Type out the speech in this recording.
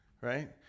right